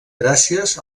gràcies